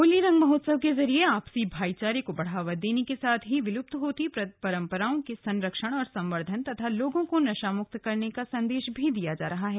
होली रंग महोत्सव के जरिए आपसी भाईचारे को बढ़ावा देने के साथ ही विलुप्त होती परम्पराओ के संरक्षण और संवर्धन तथा लोगों को नशामुक्त रहने का संदेश भी दिया जा रहा है